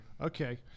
Okay